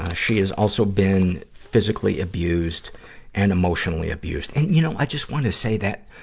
ah she is also been physically abused and emotionally abused. and, you know, i just wanna say that,